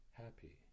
Happy